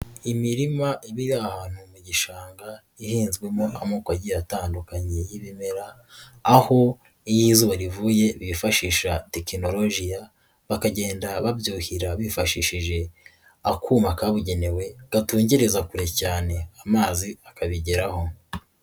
Imirima iba iri ahantu mu gishanga, ihinzwemo amoko agiye atandukanye y'ibimera, aho iyo izuba rivuye bifashisha tekinolojiya, bakagenda babyuhira bifashishije akuma kabugenewe, gatungereza kure cyane amazi akabigeraho.